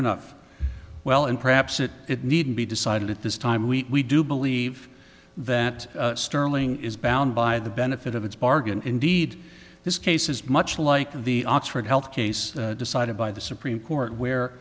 enough well and perhaps it it needn't be decided at this time we do believe that sterling is bound by the benefit of its bargain indeed this case is much like the oxford health case decided by the supreme court where